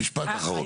משפט אחרון.